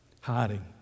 hiding